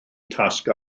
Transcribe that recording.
tasg